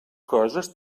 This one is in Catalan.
coses